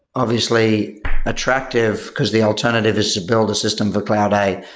obviously attractive, because the alternative is to build a system for cloud a,